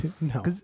No